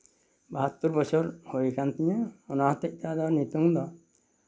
ᱵᱟᱦᱟᱛᱛᱳᱨ ᱵᱚᱪᱷᱚᱨ ᱦᱩᱭ ᱟᱠᱟᱱ ᱛᱤᱧᱟᱹ ᱚᱱᱟ ᱦᱚᱛᱮ ᱛᱮ ᱟᱫᱚ ᱱᱤᱛᱚᱝ ᱫᱚ